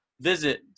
visit